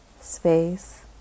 space